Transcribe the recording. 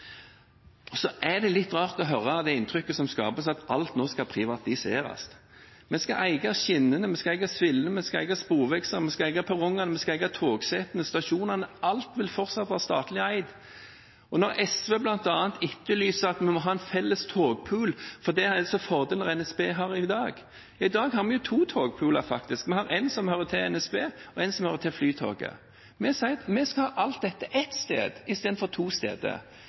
Så er det litt rart å høre at det skapes det inntrykket at alt nå skal privatiseres. Vi skal eie skinnene, vi skal eie svillene, vi skal eie sporvekslene, vi skal eie perrongene, vi skal eie togsetene, stasjonene – alt vil fortsatt være statlig eid. SV etterlyser bl.a. at vi må ha en felles togpool, for det er rett og slett fordeler NSB har i dag. Ja, i dag har vi jo faktisk to togpooler – én som tilhører NSB, og én som tilhører Flytoget. Vi sier at vi skal ha alt dette på ett sted, istedenfor på to steder.